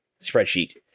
spreadsheet